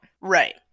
right